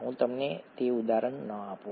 હું તમને તે ઉદાહરણ ન આપું